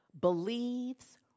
believes